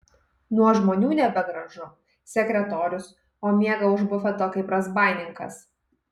nuo žmonių nebegražu sekretorius o miega už bufeto kaip razbaininkas